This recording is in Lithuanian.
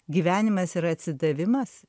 gyvenimas yra atsidavimas